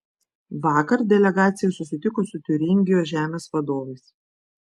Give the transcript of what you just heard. vakar delegacija susitiko su tiuringijos žemės vadovais